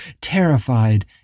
terrified